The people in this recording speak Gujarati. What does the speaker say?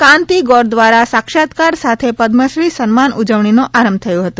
કાંતિ ગોર દ્વારા સાક્ષાત્કાર સાથે પદ્મશ્રી સન્માન ઉજવણીનો આરંભ થયો હતો